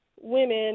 women